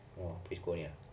orh pre-school only ah